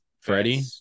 Freddie